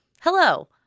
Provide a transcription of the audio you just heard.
Hello